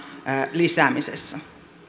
lisäämisessä